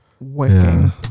working